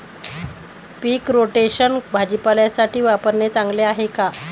पीक rotation भाजीपाल्यासाठी वापरणे चांगले आहे का?